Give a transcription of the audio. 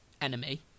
enemy